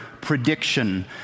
prediction